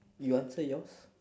you answer yours